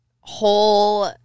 whole